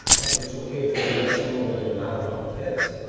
well it's okay if they live somewhere where they're not around kids,